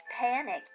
panic